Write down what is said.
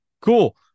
Cool